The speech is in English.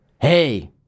Hey